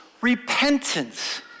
Repentance